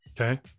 Okay